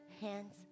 hands